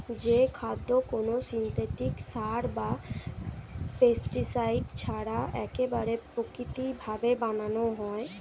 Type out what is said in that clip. যে খাদ্য কোনো সিনথেটিক সার বা পেস্টিসাইড ছাড়া একবারে প্রাকৃতিক ভাবে বানানো হয়